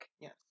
Yes